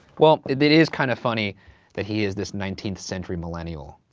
well, it is kind of funny that he is this nineteenth century millennial,